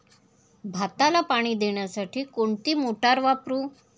भाताला पाणी देण्यासाठी कोणती मोटार वापरू?